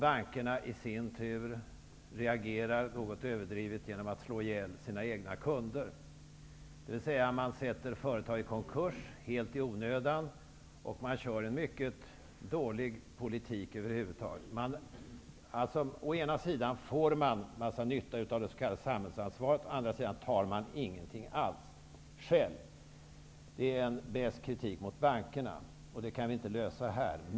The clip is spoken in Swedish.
Bankerna i sin tur reagerar något överdrivet genom att slå ihjäl sina egna kunder, dvs. man sätter företag i konkurs helt i onödan, och man för en mycket dålig politik över huvud taget. Å ena sidan får man stor nytta av det s.k. samhällsansvaret, å andra sidan tar man inget ansvar själv. Det är en besk kritik mot bankerna. Detta kan vi inte lösa här.